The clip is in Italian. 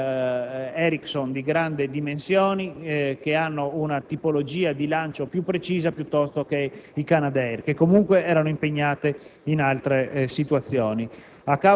Erickson, di grandi dimensioni e con una tipologia di lancio più precisa, piuttosto che i Canadair, che comunque erano impegnati in altre situazioni.